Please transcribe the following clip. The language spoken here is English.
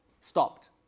stopped